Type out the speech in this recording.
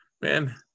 Man